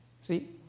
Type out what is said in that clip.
See